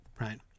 right